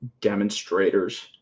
demonstrators